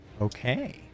Okay